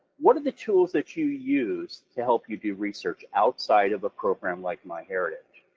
what are the tools that you use to help you do research outside of a program like myheritage?